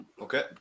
okay